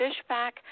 Fishback